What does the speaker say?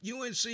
unc